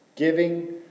Giving